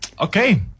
Okay